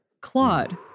Claude